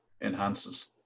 Enhances